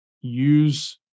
use